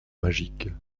magique